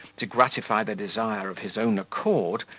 to gratify their desire of his own accord,